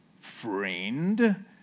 friend